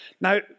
Now